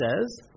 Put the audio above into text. says